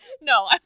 no